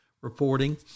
reporting